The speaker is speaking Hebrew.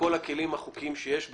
ובכל הכלים החוקיים שיש בפנינו.